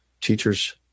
teacher's